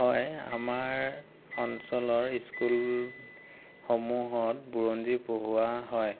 হয় আমাৰ অঞ্চলৰ স্কুলসমূহত বুৰঞ্জী পঢ়োৱা হয়